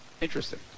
Interesting